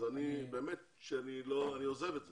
אני עוזב את זה.